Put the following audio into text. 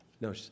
No